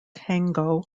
tango